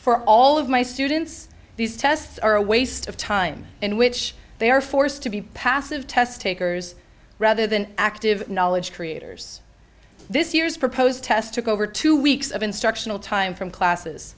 for all of my students these tests are a waste of time in which they are forced to be passive test takers rather than active knowledge creators this year's proposed test took over two weeks of instructional time from classes